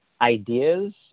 ideas